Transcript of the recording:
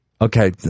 Okay